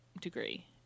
degree